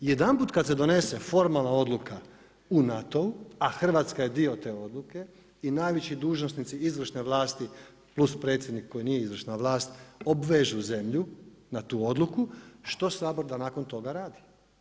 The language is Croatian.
Jedanput kada se donese formalna odluka u NATO-u a Hrvatska je dio te odluke i najveći dužnosnici izvršne vlasti plus predsjednik koji nije izvršna vlast obvezu zemlju na tu odluku što Sabor da nakon toga radi?